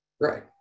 Right